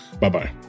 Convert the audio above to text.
Bye-bye